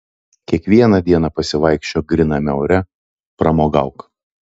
kiekvieną dieną pasivaikščiok gryname ore pramogauk